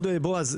בועז,